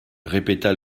répéta